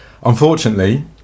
Unfortunately